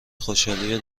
خوشحالی